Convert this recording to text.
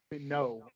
No